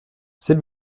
c’est